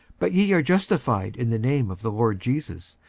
but ye are justified in the name of the lord jesus,